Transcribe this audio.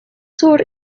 sur